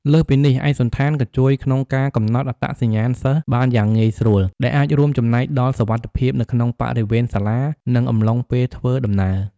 លើសពីនេះ ឯកសណ្ឋានក៏ជួយក្នុងការកំណត់អត្តសញ្ញាណសិស្សបានយ៉ាងងាយស្រួល ដែលអាចរួមចំណែកដល់សុវត្ថិភាពនៅក្នុងបរិវេណសាលា និងអំឡុងពេលធ្វើដំណើរ។